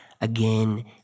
again